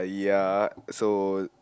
ya so